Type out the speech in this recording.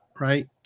Right